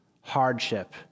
hardship